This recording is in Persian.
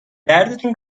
دردتون